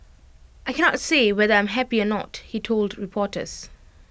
I cannot say whether I'm happy or not he told reporters